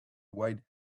white